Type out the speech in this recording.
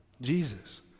Jesus